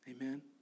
Amen